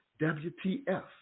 WTF